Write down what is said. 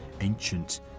ancient